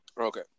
Okay